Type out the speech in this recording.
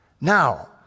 Now